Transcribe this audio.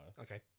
Okay